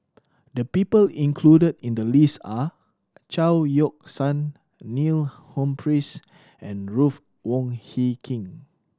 the people included in the list are Chao Yoke San Neil Humphreys and Ruth Wong Hie King